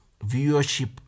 viewership